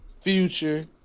Future